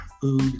food